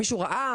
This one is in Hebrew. מישהו ראה?